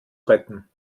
retten